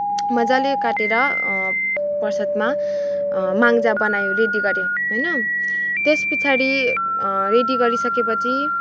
मजाले काटेर प्रसादमा माङ्गजा बनाइओरी रेडी गर्यो होइन त्यस पछाडि रेडी गरिसकेपछि